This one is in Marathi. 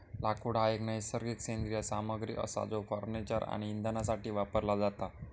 लाकूड हा एक नैसर्गिक सेंद्रिय सामग्री असा जो फर्निचर आणि इंधनासाठी वापरला जाता